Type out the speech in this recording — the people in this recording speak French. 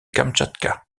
kamtchatka